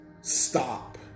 stop